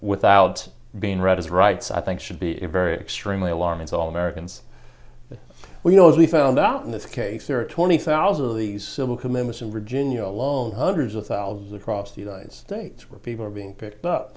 without being read his rights i think should be very extremely alarming to all americans you know as we found out in this case there are twenty thousand of these civil commissioned virginia alone hundreds of thousands across the united states where people are being picked up